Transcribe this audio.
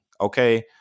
okay